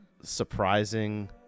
surprising